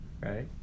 right